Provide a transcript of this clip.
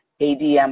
ADM